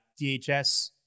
DHS